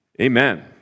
Amen